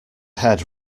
head